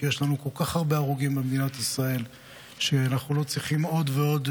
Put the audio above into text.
כי יש לנו כל כך הרבה הרוגים במדינת ישראל שאנחנו לא צריכים עוד ועוד